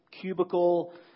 cubicle